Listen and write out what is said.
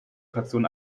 kaution